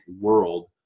world